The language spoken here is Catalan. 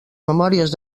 memòries